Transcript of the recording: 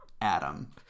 Adam